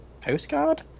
postcard